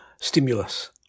stimulus